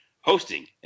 hosting